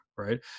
right